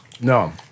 No